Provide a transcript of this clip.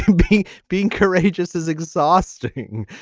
being being courageous is exhausting